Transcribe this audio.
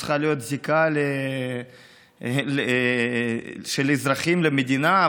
צריכה להיות זיקה של אזרחים למדינה,